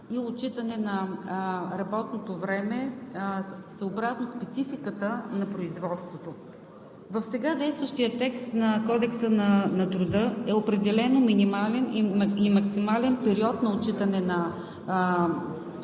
и отчитане на работното време, съобразно спецификата на производството. В сега действащия текст на Кодекса на труда е определен минимален и максимален период на отчитане на